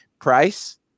price